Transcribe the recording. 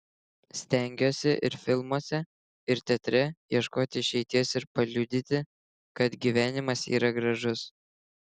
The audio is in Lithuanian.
stengiuosi ir filmuose ir teatre ieškoti išeities ir paliudyti kad gyvenimas yra gražus